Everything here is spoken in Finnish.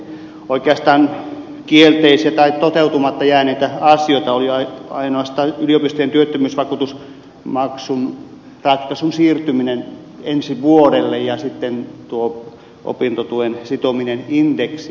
oikeastaan kielteisiä tai toteutumatta jääneitä asioita oli ainoastaan yliopistojen työttömyysvakuutusmaksun ratkaisun siirtyminen ensi vuodelle ja opintotuen sitominen indeksiin